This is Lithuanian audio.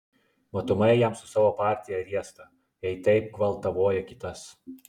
matomai jam su savo partija riesta jei taip gvaltavoja kitas